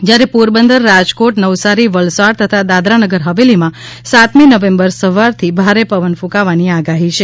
જ્યારે પોરબંદર રાજકોટ નવસારી વલસાડ તથા દાદરાનગર હવેલીમાં સાતમી નવેમ્બર સવારથી ભારે પવન ક્રંકાવાની આગાહી છે